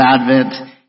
Advent